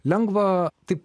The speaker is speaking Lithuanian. lengva taip